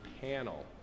panel